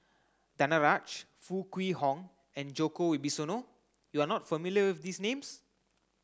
Danaraj Foo Kwee Horng and Djoko Wibisono you are not familiar with these names